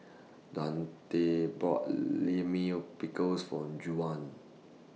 Dontae bought Pickle For Juwan